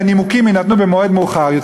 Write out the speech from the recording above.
ושהנימוקים יינתנו במועד מאוחר יותר,